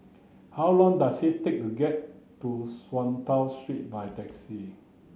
how long does it take to get to Swallow Street by taxi